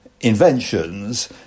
inventions